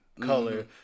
color